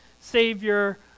Savior